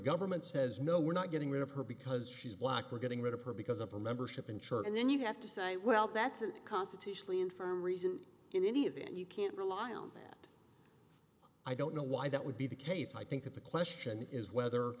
government says no we're not getting rid of her because she's black we're getting rid of her because of her membership in church and then you have to say well that's a constitutionally infirm reason in any event you can't rely on that i don't know why that would be the case i think that the question is whether